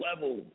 level